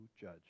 judge